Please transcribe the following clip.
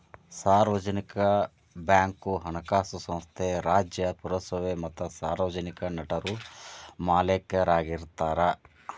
ಸಾರ್ವಜನಿಕ ಬ್ಯಾಂಕ್ ಹಣಕಾಸು ಸಂಸ್ಥೆ ರಾಜ್ಯ, ಪುರಸಭೆ ಮತ್ತ ಸಾರ್ವಜನಿಕ ನಟರು ಮಾಲೇಕರಾಗಿರ್ತಾರ